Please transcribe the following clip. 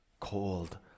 Cold